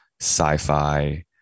sci-fi